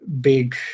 big